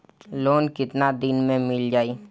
Loan कितना दिन में मिल जाई?